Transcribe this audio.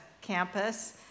campus